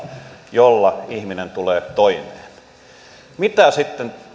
jolla ihminen tulee toimeen mitä sitten